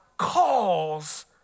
Calls